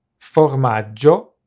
formaggio